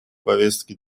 повестке